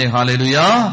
Hallelujah